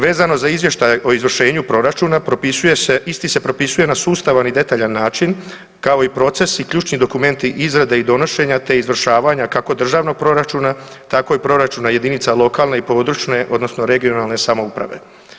Vezano za izvještaj o izvršenju proračuna propisuje se, isti se propisuje na sustav i detaljan način, kao i procesi i ključni dokumenti izrade i donošenja te izvršavanja, kako državnog proračuna, tako i proračuna jedinica lokalne i područne (regionalne) samouprave.